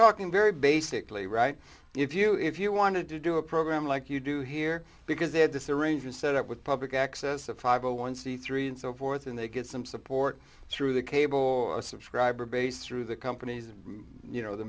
talking very basically right if you if you wanted to do a program like you do here because they had this arrangement set up with public access a five a one c three and so forth and they get some support through the cable subscriber base through the companies you know the